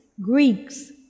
Greeks